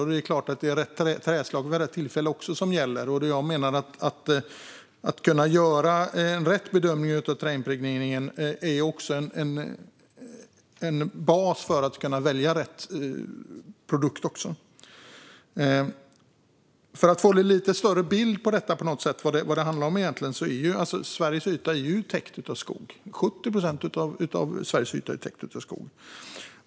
Och det är klart att det också är rätt träslag vid rätt tillfälle som gäller. Att kunna göra rätt bedömning av träimpregneringen är också en bas för att kunna välja rätt produkt. Jag ska ge en lite större bild av vad detta egentligen handlar om. Sveriges yta är täckt av skog. 70 procent av Sveriges yta är täckt av skog.